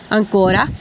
ancora